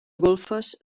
golfes